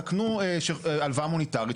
תקנו הלוואה מוניטרית,